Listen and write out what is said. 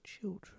children